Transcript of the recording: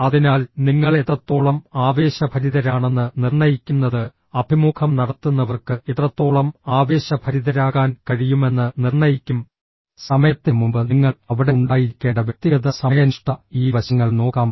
അതിനാൽ നിങ്ങൾ എത്രത്തോളം ആവേശഭരിതരാണെന്ന് നിർണ്ണയിക്കുന്നത് അഭിമുഖം നടത്തുന്നവർക്ക് എത്രത്തോളം ആവേശഭരിതരാകാൻ കഴിയുമെന്ന് നിർണ്ണയിക്കും സമയത്തിന് മുമ്പ് നിങ്ങൾ അവിടെ ഉണ്ടായിരിക്കേണ്ട വ്യക്തിഗത സമയനിഷ്ഠ ഈ വശങ്ങൾ നോക്കാം